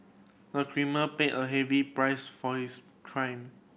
the criminal paid a heavy price for his crime